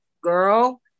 girl